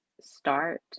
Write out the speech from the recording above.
START